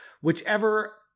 whichever